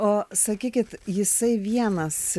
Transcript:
o sakykit jisai vienas